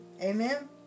Amen